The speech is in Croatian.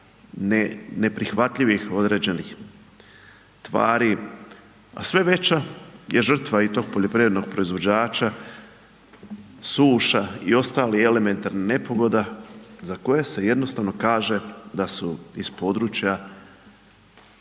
neprihvatljivih određenih tvari, a sve veća je žrtva i tog poljoprivrednog proizvođača, suša i ostalih elementarnih nepogoda za koje se jednostavno kaže da su iz područja